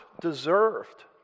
deserved